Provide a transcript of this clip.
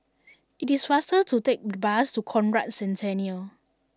it is faster to take the bus to Conrad Centennial